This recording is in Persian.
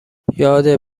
یاد